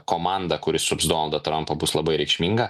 komanda kuri sups donaldą trampą bus labai reikšminga